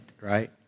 right